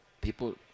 people